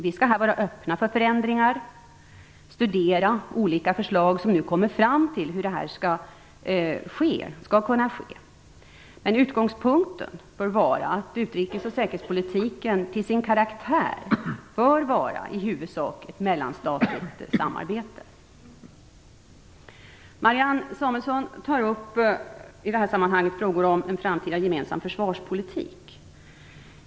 Vi skall därvidlag vara öppna för förändringar och studera olika förslag som nu kommer fram om hur detta skall kunna gå till. Men utgångspunkten bör vara att utrikes och säkerhetspolitiken till sin karaktär skall vara i huvudsak ett mellanstatligt samarbete. Marianne Samuelsson tar i det här sammanhanget upp frågor om en framtida gemensam försvarspolitik.